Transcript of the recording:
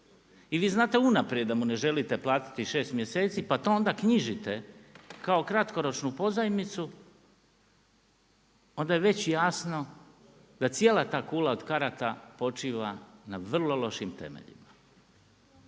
i vi znate unaprijed da mu ne želite platiti 6 mjeseci, pa to onda knjižite kao kratkoročnu pozajmicu, onda je već jasno, da cijela ta kula od karata počiva na vrlo lošim temeljima.